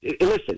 Listen